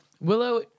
Willow